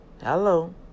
Hello